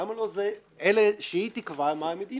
למה לא זה שהיא תקבע מה המדיניות.